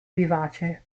vivace